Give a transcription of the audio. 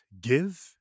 give